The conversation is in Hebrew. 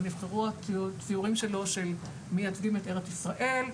אבל נבחרו הציורים שלו של מייצגים את ארץ ישראל,